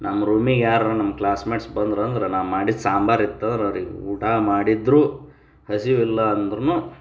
ನಮ್ಮ ರೂಮಿಗೆ ಯಾರು ನಮ್ಮ ಕ್ಲಾಸ್ಮೇಟ್ಸ್ ಬಂದರು ಅಂದ್ರೆ ನಾನು ಮಾಡಿದ ಸಾಂಬಾರು ಇತ್ತಂದ್ರೆ ಅವ್ರಿಗೆ ಊಟ ಮಾಡಿದ್ದರು ಹಸಿವಿಲ್ಲ ಅಂದ್ರು